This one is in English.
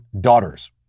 daughters